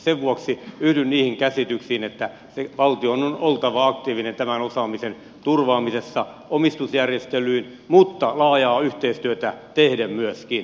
sen vuoksi yhdyn niihin käsityksiin että valtion on oltava aktiivinen tämän osaamisen turvaamisessa omistusjärjestelyin mutta laajaa yhteistyötä tehden myöskin